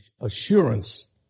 assurance